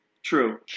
True